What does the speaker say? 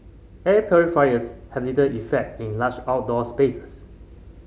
air purifiers have little effect in large outdoor spaces